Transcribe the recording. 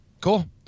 Cool